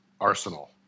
arsenal